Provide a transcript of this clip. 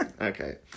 Okay